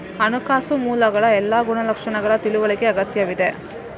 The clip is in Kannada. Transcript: ಹಣಕಾಸು ಮೂಲಗಳ ಎಲ್ಲಾ ಗುಣಲಕ್ಷಣಗಳ ತಿಳುವಳಿಕೆ ಅಗತ್ಯವಿದೆ